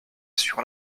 sur